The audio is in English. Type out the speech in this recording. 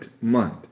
month